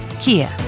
Kia